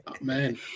man